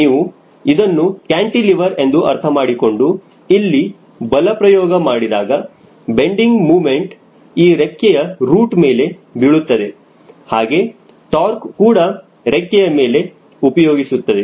ನೀವು ಇದನ್ನು ಕ್ಯಾಂಟಿಲಿವರ್ ಎಂದು ಅರ್ಥ ಮಾಡಿಕೊಂಡು ಇಲ್ಲಿ ಬಲಪ್ರಯೋಗ ಮಾಡಿದಾಗ ಬೆಂಡಿಂಗ್ ಮೋಮೆಂಟ್ ಈ ರೆಕ್ಕೆಯ ರೂಟ್ ಮೇಲೆ ಬೀಳುತ್ತದೆ ಹಾಗೆ ಟಾರ್ಕ್ ಕೂಡ ರೆಕ್ಕೆಯ ಮೇಲೆ ಪ್ರಯೋಗಿಸುತ್ತದೆ